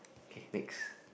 okay next